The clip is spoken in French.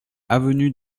avenue